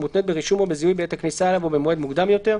או מותנית ברישום או בזיהוי בעת הכניסה אליו או במועד מוקדם יותר,